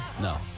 No